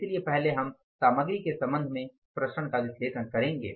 इसलिए पहले हम सामग्री के संबंध में विचरण का विश्लेषण करेंगे